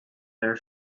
their